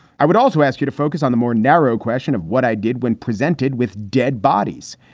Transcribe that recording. i would also ask you to focus on the more narrow question of what i did when presented with dead bodies.